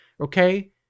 Okay